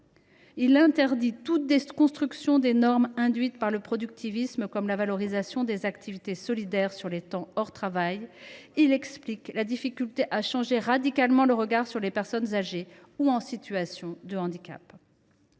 Il interdit toute déconstruction des normes induites par le productivisme, comme la valorisation des activités solidaires sur les temps hors travail. Il explique la difficulté à changer radicalement le regard sur les personnes âgées ou en situation de handicap.